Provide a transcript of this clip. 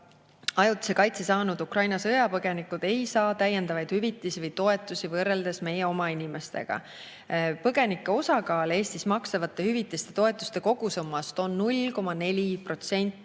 Ajutise kaitse saanud Ukraina sõjapõgenikud ei saa täiendavaid hüvitisi või toetusi võrreldes meie oma inimestega. Põgenike osakaal Eestis makstavate hüvitiste ja toetuste kogusummas on 0,4%.